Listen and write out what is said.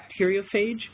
bacteriophage